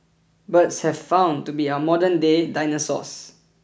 birds have been found to be our modernday dinosaurs